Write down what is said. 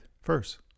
first